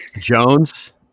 Jones